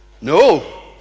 no